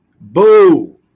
Boo